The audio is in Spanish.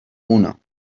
uno